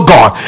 God